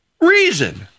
reason